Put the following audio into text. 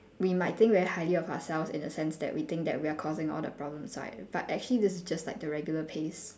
we might think very highly of ourselves in the sense that we think that we're causing all the problems right but actually this is just like the regular pace